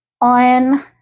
on